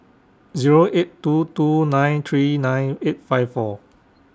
Zero eight two two nine three nine eight five four